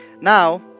Now